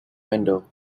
window